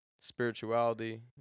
spirituality